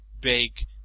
big